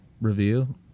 review